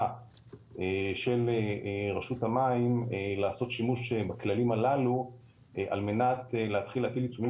של רשות המים לעשות שימוש בכללים הללו על מנת להתחיל להטיל עיצומים